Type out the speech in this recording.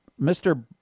Mr